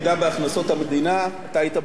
אתה היית בוועדת הכספים כשהסברתי את זה, נכון.